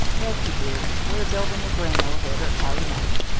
yes, you do. we're building a grain elevator at calumet.